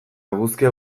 eguzkia